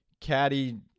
caddy